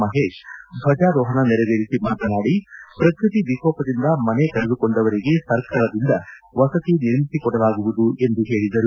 ಮಹೇಶ್ ದ್ವಜಾರೋಪಣ ನೆರವೇರಿಸಿ ಮಾತನಾಡಿ ಪ್ರಕೃತಿ ವಿಕೋಪದಿಂದ ಮನೆ ಕಳೆದುಕೊಂಡವರಿಗೆ ಸರ್ಕಾರದಿಂದ ವಸತಿ ನಿರ್ಮಿಸಿ ಕೊಡಲಾಗುವುದು ಎಂದು ಹೇಳಿದರು